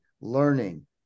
learning